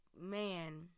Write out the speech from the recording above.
man